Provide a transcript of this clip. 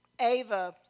Ava